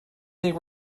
think